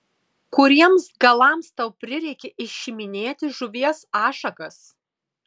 kuriems galams tau prireikė išiminėti žuvies ašakas